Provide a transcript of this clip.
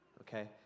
Okay